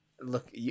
look